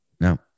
No